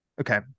Okay